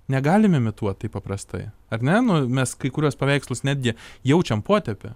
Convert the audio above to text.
negalim imituot taip paprastai ar ne nu mes kai kuriuos paveikslus netgi jaučiam potėpį